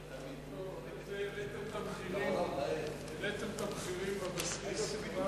13 בעד, אין מתנגדים ואין